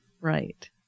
Right